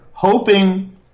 Hoping